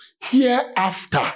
Hereafter